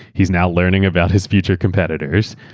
he's now learning about his future competitors.